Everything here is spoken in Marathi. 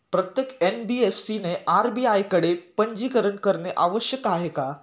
प्रत्येक एन.बी.एफ.सी ने आर.बी.आय कडे पंजीकरण करणे आवश्यक आहे का?